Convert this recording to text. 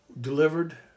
delivered